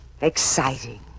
exciting